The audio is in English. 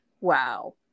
Wow